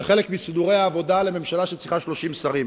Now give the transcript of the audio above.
זה חלק מסידורי העבודה לממשלה שצריכה 30 שרים.